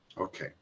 Okay